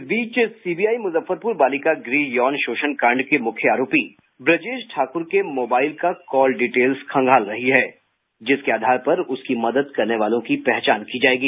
इस बीच सीबीआई मुजफ्फरपुर बालिका गृह यौन शोषण कांड के मुख्य आरोपी ब्रजेश ठाकुर के मोबाईल का कॉल डिटेल्स खंगाल रही है जिसके आधार पर उसकी मदद करने वालों की पहचान की जायेगी